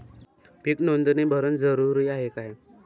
पीक नोंदनी भरनं जरूरी हाये का?